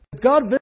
God